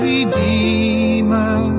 Redeemer